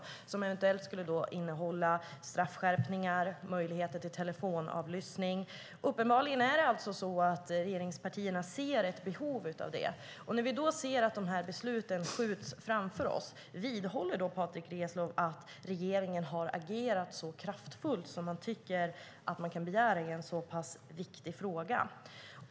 Det skulle eventuellt innehålla straffskärpningar och möjligheter till telefonavlyssning. Uppenbarligen ser regeringspartierna ett behov av detta. När vi då ser att de här besluten skjuts framför oss undrar jag: Vidhåller Patrick Reslow att regeringen har agerat så kraftfullt som man tycker att man kan begära i en så pass viktig fråga?